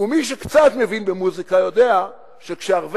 ומי שקצת מבין במוזיקה יודע שכשהרבה